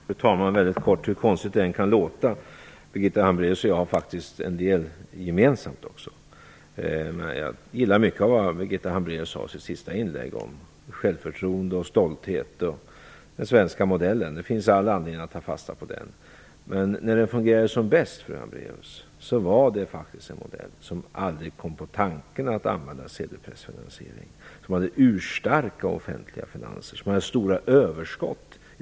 Fru talman! Hur konstigt det än kan låta vill jag säga att Birgitta Hambraeus och jag faktiskt har en del gemensamt. Jag gillar mycket av vad Birgitta Hambraeus sade i sitt sista inlägg om självförtroende, stolthet och den svenska modellen. Det finns all anledning att ta fasta på den. När den fungerade som bäst, fru Hambraeus, var det faktiskt en modell där man aldrig kom på tanken att använda sedelpressfinansiering och som gav urstarka offentliga finanser och stora överskott.